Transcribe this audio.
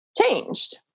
changed